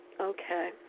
Okay